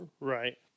Right